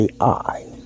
AI